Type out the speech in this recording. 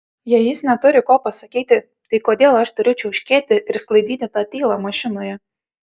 jei jis neturi ko pasakyti tai kodėl aš turiu čiauškėti ir sklaidyti tą tylą mašinoje